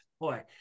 boy